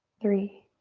three,